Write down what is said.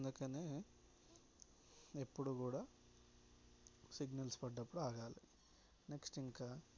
అందుకనే ఎప్పుడు కూడా సిగ్నల్స్ పడ్డప్పుడు ఆగాలి నెక్స్ట్ ఇంకా